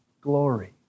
glory